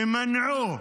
מנעו